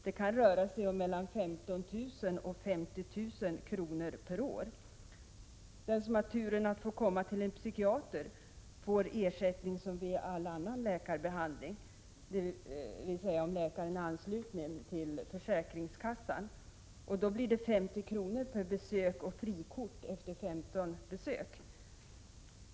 Det kan röra sig om mellan 15 000 och 50 000 kr. per år. Den som har turen att få komma till en psykiater får ersättning som vid all annan läkarbehandling, dvs. om läkaren är ansluten till försäkringskassan. Då blir det 50 kr. per besök och frikort efter 15 besök.